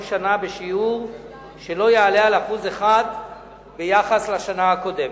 שנה בשיעור שלא יעלה על 1% ביחס לשנה הקודמת.